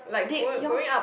did your